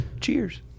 Cheers